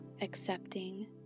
accepting